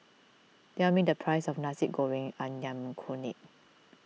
tell me the price of Nasi Goreng Ayam Kunyit